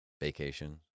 Vacation